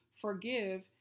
forgive